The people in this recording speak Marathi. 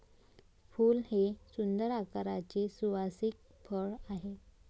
फूल हे सुंदर आकाराचे सुवासिक फळ आहे